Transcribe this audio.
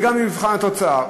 וגם במבחן התוצאה,